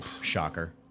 Shocker